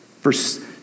Verse